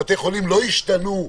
בתי החולים לא השתנו.